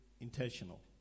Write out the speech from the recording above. intentional